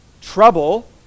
trouble